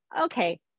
Okay